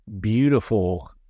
beautiful